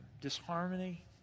disharmony